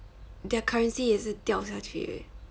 their currency is 掉下去 eh